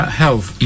health